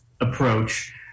approach